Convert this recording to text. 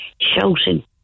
shouting